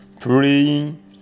Praying